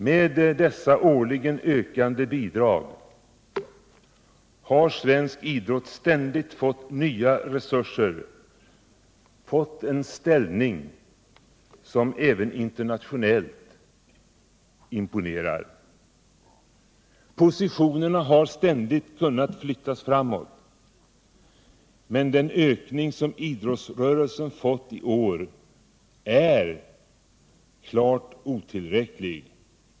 Med dessa årligen ökade bidrag har svensk idrott ständigt fått nya resurser och därigenom en ställning som imponerar även internationellt. Positionerna har ständigt kunnat flyttas framåt. Den anslagsökning som idrottsrörelsen föreslås få i år är emellertid klart otillräcklig.